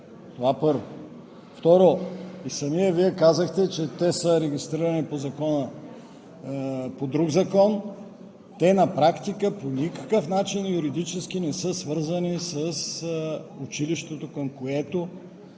това първо. Второ, самият Вие казахте, че те са регистрирани по друг закон. Те на практика по никакъв начин юридически не са свързани с училището, към което